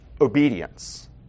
obedience